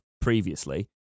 previously